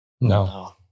No